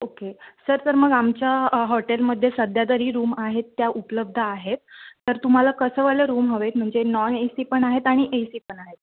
okay sir तर मग आमच्या हॉटेलमधे सध्यातरी रूम आहेत त्या उपलब्ध आहेत तर तुम्हाला कसंवाले रूम हवे आहेत म्हणजे नॉन ए सी पण आहेत आणि ए सी पण आहेत